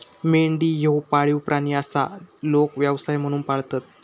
मेंढी ह्यो पाळीव प्राणी आसा, लोक व्यवसाय म्हणून पाळतत